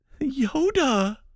Yoda